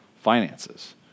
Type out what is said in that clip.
finances